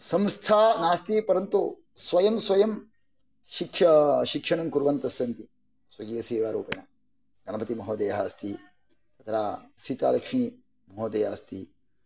संस्था नास्ति परन्तु स्वयं स्वयं शिक्षणं कुर्वन्तः सन्ति ये सेवारूपेण गणपतिमहोदयः अस्ति तत्र सीतालक्ष्मीमहोदया अस्ति